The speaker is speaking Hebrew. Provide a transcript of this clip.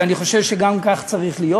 ואני חושב שכך גם צריך להיות,